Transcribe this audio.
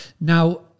Now